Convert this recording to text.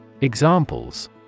Examples